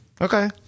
Okay